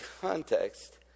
context